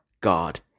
God